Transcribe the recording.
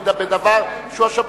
פה?